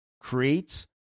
creates